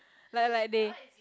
like like they